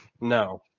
No